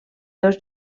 dos